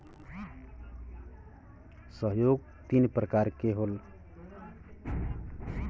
हुंडी तीन प्रकार क होला सहयोग हुंडी, मुद्दती हुंडी आउर दर्शनी हुंडी